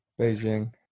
Beijing